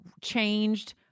changed